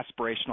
Aspirational